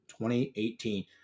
2018